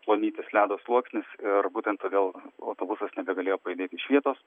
plonytis ledo sluoksnis ir būtent todėl autobusas nebegalėjo pajudėti iš vietos